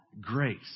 grace